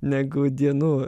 negu dienų